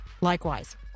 Likewise